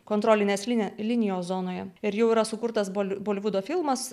kontrolinės linijos zonoje ir jau yra sukurtas bolivudo filmas